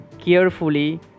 carefully